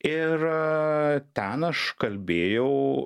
ir ten aš kalbėjau